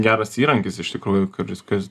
geras įrankis iš tikrųjų viskas